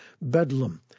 Bedlam